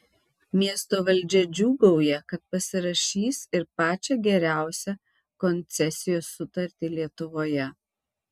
miesto valdžia džiūgauja kad pasirašys ir pačią geriausią koncesijos sutartį lietuvoje